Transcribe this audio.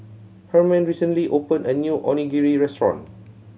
Hermine recently opened a new Onigiri Restaurant